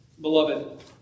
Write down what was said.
Beloved